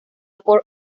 por